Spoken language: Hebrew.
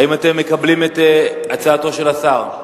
האם אתם מקבלים את הצעתו של השר?